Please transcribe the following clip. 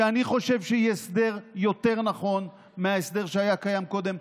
שאני חושב שהיא הסדר יותר נכון מההסדר שהיה קיים קודם,